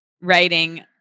writing